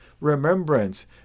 Remembrance